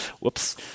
whoops